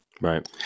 Right